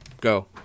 Go